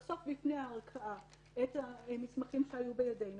לחשוף בפני הערכאה את המסמכים שהיו בידינו